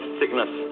sickness